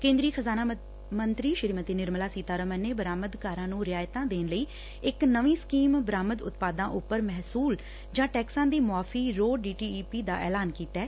ਕੇਂਦਰੀ ਖ਼ਜਾਨਾ ਮੰਤਰੀ ਸ੍ਰੀਮਤੀ ਨਿਰਮਲਾ ਸੀਤਾਰਮਨ ਨੇ ਬਰਾਮਦਕਾਰਾਂ ਨੂੰ ਰਿਆਇਤਾਂ ਦੇਣ ਲਈ ਇਕ ਨਵੀਂ ਸਕੀਮ ਬਰਾਮਦ ਉਤਪਾਦਾਂ ਉਪਰ ਮਹਿਸੁਲ ਜਾਂ ਟੈਕਸਾਂ ਦੀ ਮੁਆਫੀ RoDTEP ਦਾ ਐਲਾਨ ਕੀਤੈ